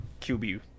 QB